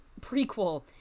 prequel